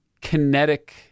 kinetic